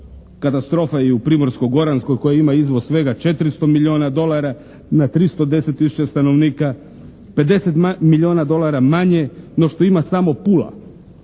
Katastrofa je i u Primorsko-goranskoj koja ima izvoz svega 400 milijuna dolara na 310 tisuća stanovnika. 50 milijuna dolara manje no što ima samo Pula.